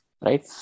Right